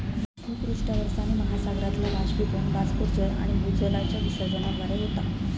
भूपृष्ठावरचा पाणि महासागरातला बाष्पीभवन, बाष्पोत्सर्जन आणि भूजलाच्या विसर्जनाद्वारे होता